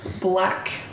black